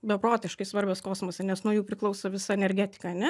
beprotiškai svarbios kosmose nes nuo jų priklauso visa energetika ane